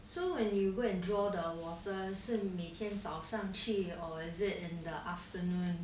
so when you go and draw the water 是你每天早上去 or is it in the afternoon